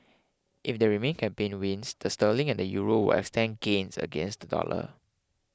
if the Remain campaign wins the sterling and the Euro will extend gains against the dollar